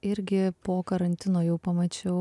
irgi po karantino jau pamačiau